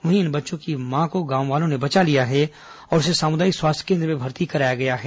वहीं इन बच्चों के मां को गांव वालों ने बचा लिया है और उसे सामुदायिक स्वास्थ्य केन्द्र में भर्ती कराया गया है